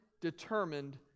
determined